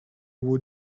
who